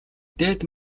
дээд